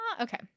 Okay